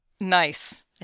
Nice